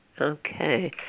Okay